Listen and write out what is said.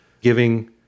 giving